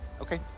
Okay